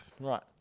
right